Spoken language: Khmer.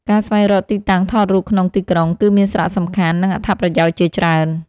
ការស្វែងរកទីតាំងថតរូបក្នុងទីក្រុង គឺមានសារៈសំខាន់ និងអត្ថប្រយោជន៍ជាច្រើន។